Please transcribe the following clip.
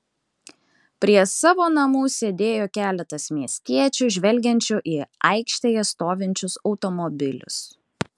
prie savo namų sėdėjo keletas miestiečių žvelgiančių į aikštėje stovinčius automobilius